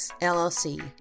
LLC